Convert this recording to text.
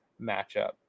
matchup